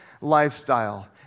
lifestyle